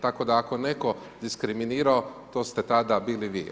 Tako da ako je netko diskriminirao, to ste tada bili vi.